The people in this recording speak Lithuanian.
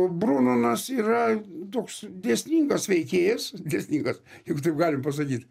brunonas yra toks dėsningas veikėjas dėsningas jeigu taip galima pasakyt